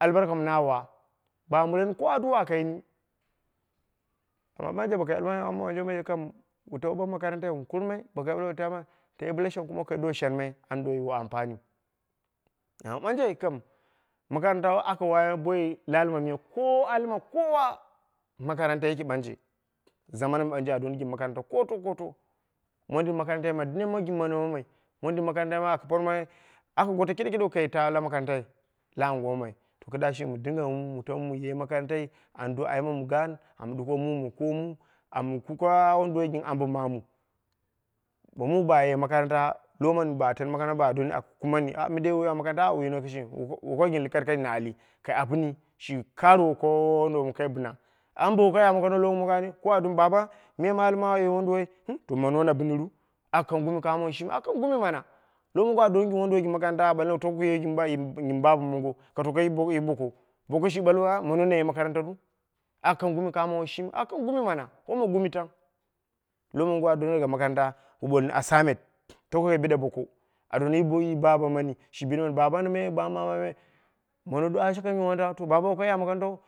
Albarka mɨna wa, bo mureni ko addua aka yini amma ɓanje kai almai ambomɨ ɓanje me kam bo kai ɓalmai wu tawu makarantai wun kurmai amma mondin shang kuma kai do shenmai ani yiwo ampani. Amma ɓanje kam makaranta waka wai boi la ali ma miyau, ko ali ma kowa makaranta yiki ɓanje, zaman mi ɓanje a donni gɨn makaranta koto koto. Mondin makarantai ma neema gɨn mɨnamamai modin makarantai ma aka porma aka goto keɗekeɗeu kai to la makaranta la anguwa mamai to kɨdda shimi ma dingemu mu tamu mu ye makarantai an do aimamu gaan an ɗuko mu ma koomu am kuka wonduwoi gɨn ko ambo mamu. Bo mu baye makaranta lowo mani ba tani makaranta ba doni aka kukumani ah makaranta mindei ku ya makaranta awwo mɨye kishimi woko nu gɨn lakalkati na ali an karɨwo ko wonduwoi mɨ kai bɨna. Amma bo wokai ya makarantau lowo mongo ba donni ai baba me mallam ma a ye wonduwoi to mona na bɨniru, aka kang gumi kamo woiyi shimiu aka kang gumi mana lowo mongo a donnu gɨn wonduwoi makaranta a ɓalwo tako kuye gɨn baba mongo ka doko yi boko yi boko. Boko shi ɓalwo to mono naye makaranta ru aka kang gumi kano woiyi shimiu, aka kang gumi mana woma gumi tang, lowo mongo a donni makaranta wu ɓooni assignment doyi baba mani, shi ɓalmai baba me ba meme mono dou ashi karantau wane kani woi kai ya makarantau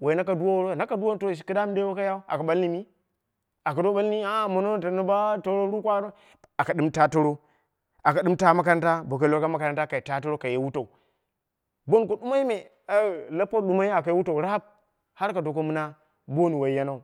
woi nako duwowouru nakaduwono to wokai ya makarantau aka ɓalli mi, aka ɓalli ah mono na tano ba torou kwa, aka ɗɨm ta toro, aka ɗɨm ta makaranta boko legheko bo makaranta kai taa toro kai wutau, bonko ɗumoi me la bonko raap aka ye wutau har ka doko mɨna bono woi mono